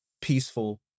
peaceful